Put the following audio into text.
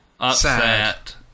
upset